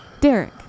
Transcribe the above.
derek